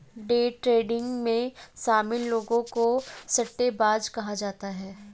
day trading में शामिल लोगों को सट्टेबाज कहा जाता है